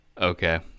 okay